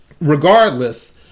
Regardless